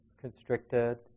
constricted